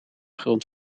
grond